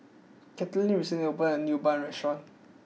Caitlin recently opened a new Bun restaurant